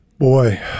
Boy